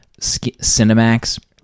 Cinemax